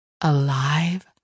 Alive